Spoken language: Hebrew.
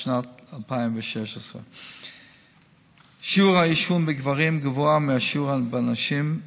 שנת 2016. שיעור העישון בגברים גבוה מהשיעור בנשים,